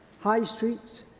high streets,